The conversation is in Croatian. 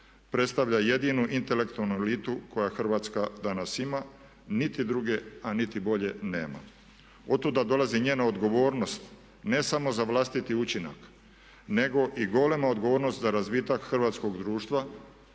predstavlja jedinu intelektualnu elitu koju Hrvatska danas ima, niti druge a niti bolje nema. Otuda dolazi njena odgovornost ne samo za vlastiti učinak nego i golema odgovornost za razvitak hrvatskog društva